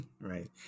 Right